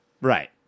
right